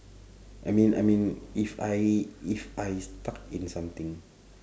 I mean I mean if I if I stuck in something